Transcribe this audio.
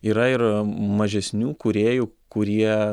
yra ir mažesnių kūrėjų kurie